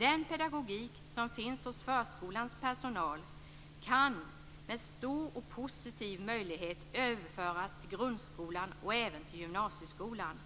Den pedagogik som finns hos förskolans personal kan, vilket är en stor och positiv möjlighet, överföras till grundskolan och även till gymnasieskolan,